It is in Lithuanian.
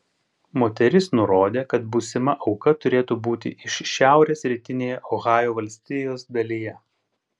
moteris nurodė kad būsima auka turėtų būti iš šiaurės rytinėje ohajo valstijos dalyje